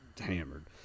hammered